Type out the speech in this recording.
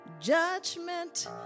judgment